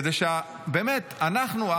כדי שאנחנו,